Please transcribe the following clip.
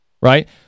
right